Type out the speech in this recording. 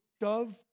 dove